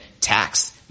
tax